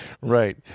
right